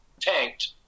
tanked